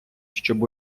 щоб